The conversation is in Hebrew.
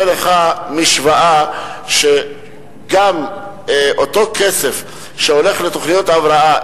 הרי לך משוואה שאותו כסף שהולך לתוכניות הבראה,